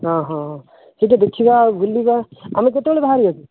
ହଁ ହଁ ସେଇଠି ଦେଖିବା ଆଉ ବୁଲିବା ଆମେ କେତେବେଳେ ବାହାରିବା କି